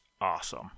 awesome